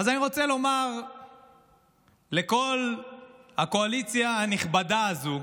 אז אני רוצה לומר לכל הקואליציה הנכבדה הזו: